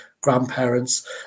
grandparents